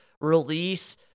release